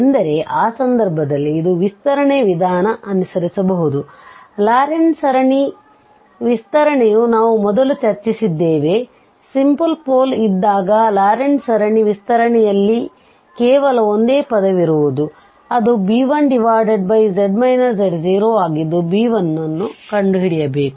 ಎಂದರೆ ಆ ಸಂದರ್ಭದಲ್ಲಿ ಇದು ವಿಸ್ತರಣೆಯ ವಿಧಾನ ಅನುಸರಿಸಬಹುದು ಲಾರೆಂಟ್ ಸರಣಿವಿಸ್ತರಣೆಯು ನಾವು ಮೊದಲು ಚರ್ಚಿಸಿದ್ದೇವೆ ಸಿಂಪಲ್ ಪೋಲ್ ಇದ್ದಾಗ ಲಾರೆಂಟ್ ಸರಣಿ ವಿಸ್ತರಣೆಯಲ್ಲಿಕೇವಲ ಒಂದೇ ಪದವಿರುವುದು ಅದು b1z z0 ಆಗಿದ್ದು b1ನ್ನು ಕಂಡುಹಿಡಿಯಬೇಕು